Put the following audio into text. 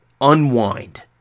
unwind